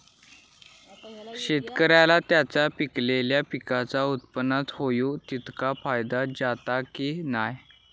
शेतकऱ्यांका त्यांचा पिकयलेल्या पीकांच्या उत्पन्नार होयो तितको फायदो जाता काय की नाय?